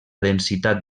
densitat